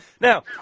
Now